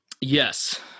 Yes